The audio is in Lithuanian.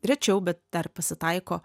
rečiau bet dar pasitaiko